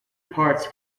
parts